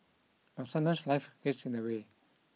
but sometimes life gets in the way